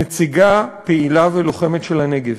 נציגה פעילה ולוחמת של הנגב,